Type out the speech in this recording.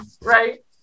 Right